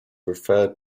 referred